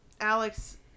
Alex